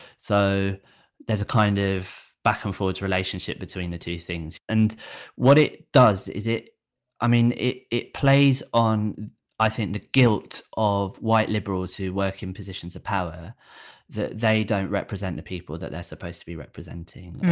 so there's a kind of back and forwards relationship between the two things and what it does is it i mean it it plays on i think the guilt of white liberals who work in positions of power that they don't represent the people that they're supposed to be representing.